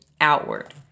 outward